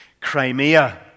Crimea